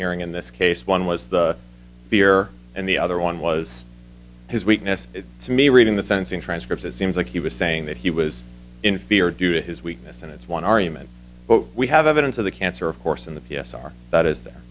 hearing in this case one was the beer and the other one was his weakness to me reading the sense in transcripts it seems like he was saying that he was in fear due to his weakness and it's one argument but we have evidence of the cancer of course in the p s r th